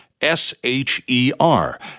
s-h-e-r